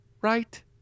right